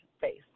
face